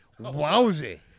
wowsy